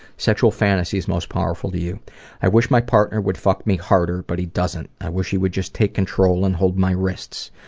sexual fantasies most powerful to you i wish my partner would fuck me harder but he doesn't. i wish he would take control and hold my wrists.